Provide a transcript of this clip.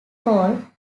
pole